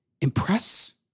impress